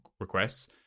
requests